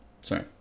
Sorry